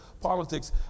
politics